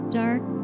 dark